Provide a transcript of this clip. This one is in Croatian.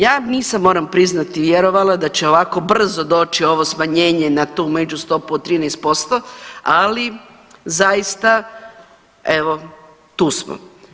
Ja nisam moram priznati vjerovala da će ovako brzo doći ovo smanjenje na tu među stopu od 13% ali zaista evo tu smo.